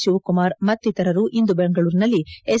ಶಿವಕುಮಾರ್ ಮತ್ತಿತರರು ಇಂದು ಬೆಂಗಳೂರಿನಲ್ಲಿ ಎಸ್